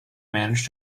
manage